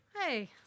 Hey